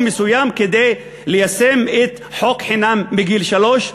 מסוים כדי ליישם את חוק חינוך חינם בגיל שלוש.